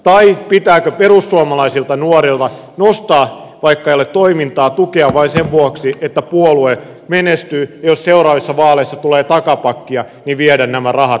tai pitääkö perussuomalaisilta nuorilta nostaa vaikka ei ole toimintaa tukea vain sen vuoksi että puolue menestyy ja jos seuraavissa vaaleissa tulee takapakkia viedä nämä rahat pois